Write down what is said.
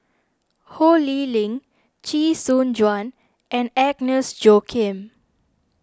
Ho Lee Ling Chee Soon Juan and Agnes Joaquim